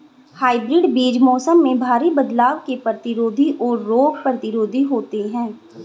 hybrid बीज मौसम में भारी बदलाव के प्रतिरोधी और रोग प्रतिरोधी होते हैं